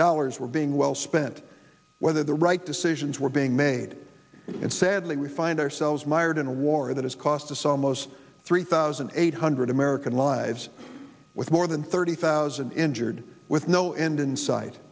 dollars were being well spent whether the right decisions were being made and sadly we find ourselves mired in a war that has cost us almost three thousand eight hundred american lives with more than thirty thousand injured with no end in sight